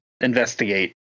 investigate